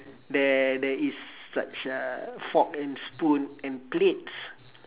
there there is such a fork and spoon and plate